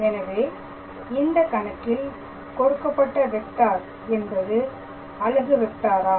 எனவே இந்த கணத்தில் கொடுக்கப்பட்ட வெக்டார் என்பது அலகு வெக்டாரா